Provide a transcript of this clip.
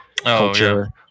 culture